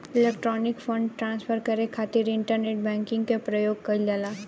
electronic fund transfer करे खातिर internet banking के प्रयोग कईल जाला